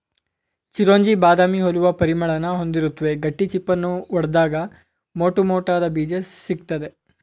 ಚಿರೊಂಜಿ ಬಾದಾಮಿ ಹೋಲುವ ಪರಿಮಳನ ಹೊಂದಿರುತ್ವೆ ಗಟ್ಟಿ ಚಿಪ್ಪನ್ನು ಒಡ್ದಾಗ ಮೋಟುಮೋಟಾದ ಬೀಜ ಸಿಗ್ತದೆ